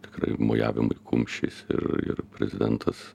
tikrai mojavimas kumščiais ir ir prezidentas